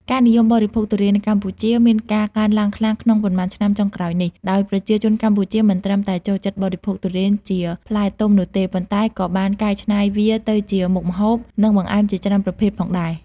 ការនិយមបរិភោគទុរេននៅកម្ពុជាមានការកើនឡើងខ្លាំងក្នុងប៉ុន្មានឆ្នាំចុងក្រោយនេះ ដោយប្រជាជនកម្ពុជាមិនត្រឹមតែចូលចិត្តបរិភោគទុរេនជាផ្លែទុំនោះទេ ប៉ុន្តែក៏បានកែច្នៃវាទៅជាមុខម្ហូប និងបង្អែមជាច្រើនប្រភេទផងដែរ។